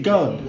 God